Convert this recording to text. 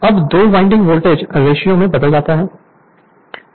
अब दो winding voltage ratio में बदल जाता है